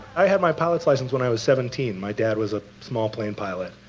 i had my pilot's license when i was seventeen. my dad was a small plane pilot,